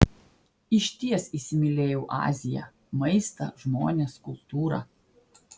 išties įsimylėjau aziją maistą žmones kultūrą